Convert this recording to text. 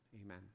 amen